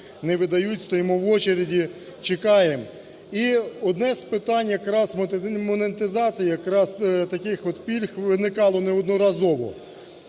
не видають, стоїмо в очереді, чекаємо. І одне з питань якраз – монетизація якраз таких от пільг виникало неодноразово.